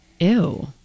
Ew